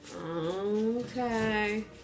Okay